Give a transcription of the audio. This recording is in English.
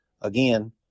again